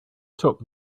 took